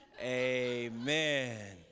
Amen